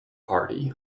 party